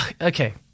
okay